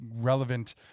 relevant